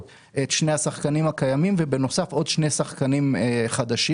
את שני השחקנים הקיימים ובנוסף עוד שני שחקנים חדשים.